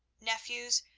nephews,